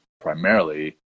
primarily